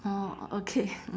orh okay